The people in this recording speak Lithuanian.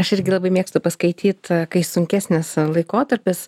aš irgi labai mėgstu paskaityt kai sunkesnis laikotarpis